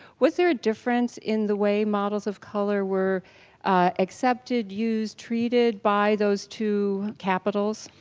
was there a difference in the way models of color were accepted, used, treated by those two capitals?